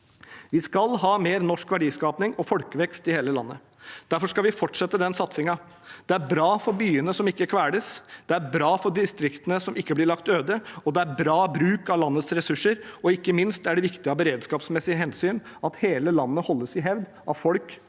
Vi skal ha mer norsk verdiskaping og folkevekst i hele landet. Derfor skal vi fortsette denne satsingen. Det er bra for byene, som ikke kveles, det er bra for distriktene, som ikke blir lagt øde, det er bra bruk av landets ressurser, og ikke minst er det viktig av beredskapsmessige hensyn at hele landet holdes i hevd av folk